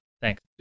Thanks